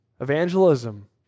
Evangelism